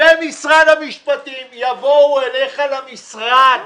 -- ומשרד המשפטים יבואו אליך למשרד,